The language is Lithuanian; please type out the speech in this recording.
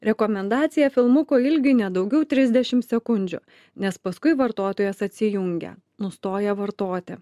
rekomendacija filmuko ilgiui ne daugiau trisdešimts sekundžių nes paskui vartotojas atsijungia nustoja vartoti